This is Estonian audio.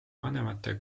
vanemate